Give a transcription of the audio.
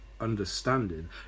understanding